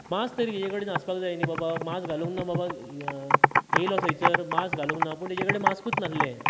mask तरी तेजे कडेन आसपाक जाय न्ही बाबा मास्क घालूंक ना येयला थंयसर मास्क घालूंक ना पूण तेजेकडे मास्कूच नाहले